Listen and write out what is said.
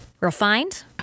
refined